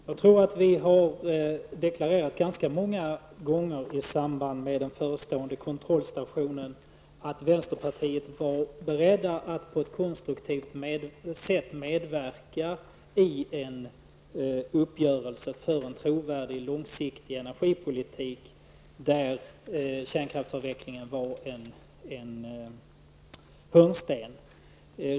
Herr talman! I samband med den förestående kontrollstationen har vi ganska många gånger deklarerat att vi i vänsterpartiet var beredda att på ett konstruktivt sätt medverka i en uppgörelse för en trovärdig, långsiktig energipolitik, där kärnkraftsavvecklingen var en hörnsten.